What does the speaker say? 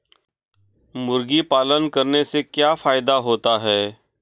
मुर्गी पालन करने से क्या फायदा होता है?